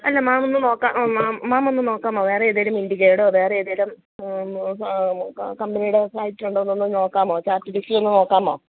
അല്ല മാം ഒന്ന് നോക്കാം മാമൊന്ന് നോക്കാമോ വേറെ ഏതെങ്കിലും ഇൻഡിഗോയുടെ വേറെ ഏതെങ്കിലും കമ്പനിയുടെ ഫ്ലൈറ്റ് ഉണ്ടോ എന്നൊന്ന് നോക്കാമോ ചാർട്ട് ലിസ്റ്റിൽ ഒന്നു നോക്കാമോ